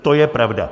To je pravda.